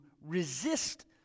resist